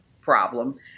problem